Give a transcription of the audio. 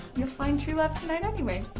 you'll find true love tonight anyway.